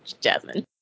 Jasmine